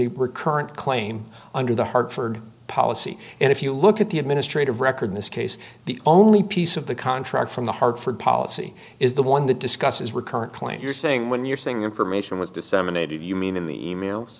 a recurrent claim under the hartford policy and if you look at the administrative record in this case the only piece of the contract from the hartford policy is the one that discusses recurrent claim your thing when you're saying information was disseminated you mean in the e mails